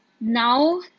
now